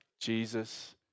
Jesus